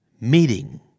meeting